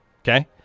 Okay